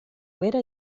bera